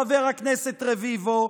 חבר הכנסת רביבו,